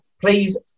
please